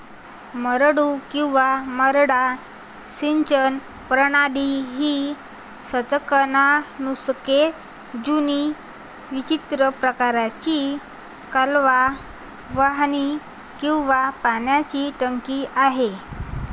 मड्डू किंवा मड्डा सिंचन प्रणाली ही शतकानुशतके जुनी विचित्र प्रकारची कालवा वाहिनी किंवा पाण्याची टाकी आहे